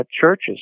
churches